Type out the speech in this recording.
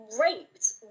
raped